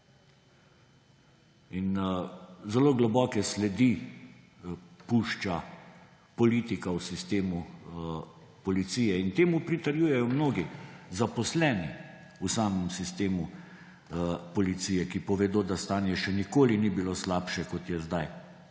zelo globoke sledi pušča politika v sistemu policije. In temu pritrjujejo mnogi zaposleni v samem sistemu policije, ki povedo, da stanje še nikoli ni bilo slabše, kot je zdaj.